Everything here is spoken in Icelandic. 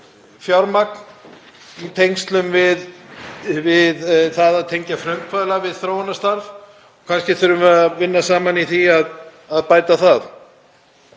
í tengslum við það að tengja frumkvöðla við þróunarstarf. Kannski þurfum við að vinna saman í því að bæta það.